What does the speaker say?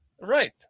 right